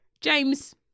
James